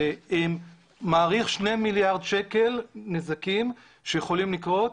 מעריך שני מיליארד שקל נזקים שיכולים לקרות